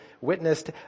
witnessed